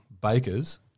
bakers